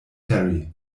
terry